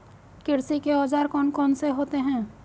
कृषि के औजार कौन कौन से होते हैं?